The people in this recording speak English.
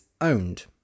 owned